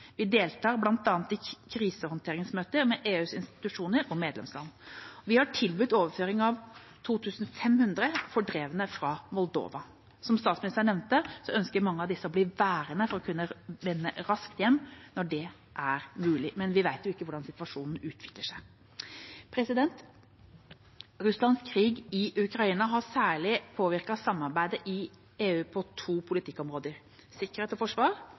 Vi deltar bl.a. i krisehåndteringsmøter med EUs institusjoner og medlemsland. Vi har tilbudt overføring av 2 500 fordrevne fra Moldova. Som statsministeren nevnte, ønsker mange av disse å bli værende for å kunne vende raskt hjem når det er mulig. Men vi vet ikke hvordan situasjonen utvikler seg. Russlands krig i Ukraina har særlig påvirket samarbeidet i EU på to politikkområder: sikkerhet og forsvar